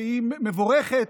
שהיא מבורכת,